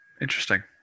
Interesting